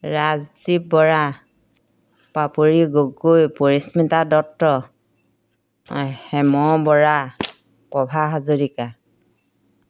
Rajdeep Bora Papori Gogoi Parismita Dutta Hem Bora Prabha Hazarika